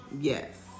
yes